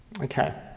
Okay